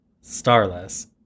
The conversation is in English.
Starless